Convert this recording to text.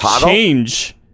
Change